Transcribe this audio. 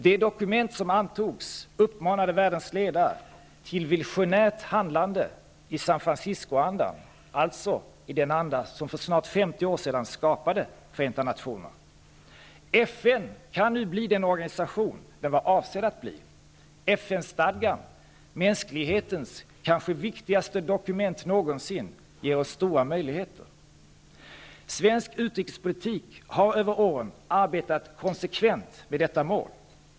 Det dokument som antogs uppmanade världens ledare till visionärt handlande i ''San Francisco-andan'', alltså i den anda som för snart 50 år sedan skapade FN kan nu bli den organisation den var avsedd att bli. FN-stadgan, mänsklighetens kanske viktigaste dokument någonsin, ger oss stora möjligheter. Svensk utrikespolitik har över åren arbetat konsekvent med detta mål.